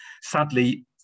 Sadly